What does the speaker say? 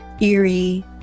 eerie